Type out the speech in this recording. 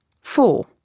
Four